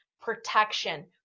protection